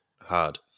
hard